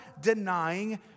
denying